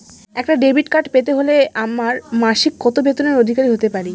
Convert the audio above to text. একটা debit card পেতে হলে আমার মাসিক কত বেতনের অধিকারি হতে হবে?